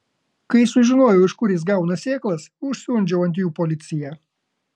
kai sužinojau iš kur jis gauna sėklas užsiundžiau ant jų policiją